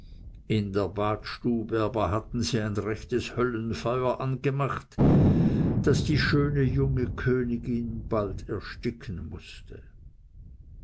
in der badstube aber hatten sie ein rechtes höllenfeuer angemacht daß die schöne junge königin bald ersticken mußte